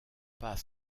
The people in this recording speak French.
pas